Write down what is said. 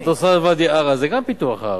למשל, האוטוסטרדה בוואדי-עארה, גם זה פיתוח הארץ.